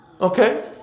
Okay